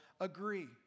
agree